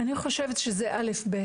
אני חושבת שזה א-ב.